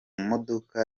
modoka